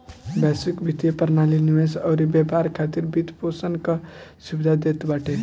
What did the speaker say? वैश्विक वित्तीय प्रणाली निवेश अउरी व्यापार खातिर वित्तपोषण कअ सुविधा देत बाटे